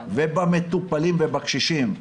ומטופלים ובקשישים,